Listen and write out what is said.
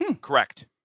Correct